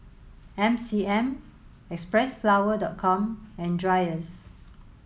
M C M Xpressflower dot com and Dreyers